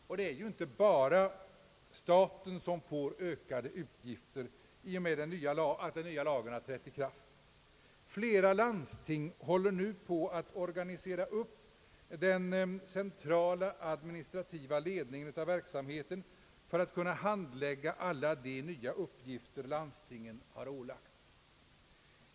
Och det är ju inte bara staten som får ökade utgifter i och med att den nya lagen har trätt i kraft. Flera landsting håller nu på med att organisera upp den centrala administrativa ledningen av verksamheten för att kunna handlägga alla de nya uppgifter som har ålagts landstingen.